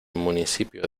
municipio